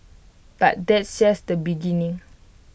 but that's just the beginning